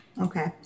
Okay